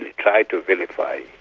tried to vilify